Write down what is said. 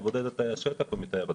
מבודד את תאי השטח ומטהר אותם.